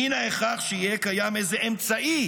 מן ההכרח שיהיה קיים איזה אמצעי